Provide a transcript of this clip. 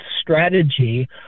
strategy